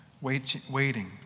Waiting